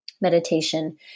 meditation